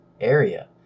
area